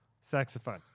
saxophone